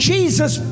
Jesus